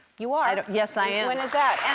you are? yes, i am. when is that?